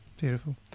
beautiful